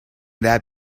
that